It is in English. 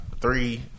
three